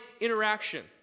interaction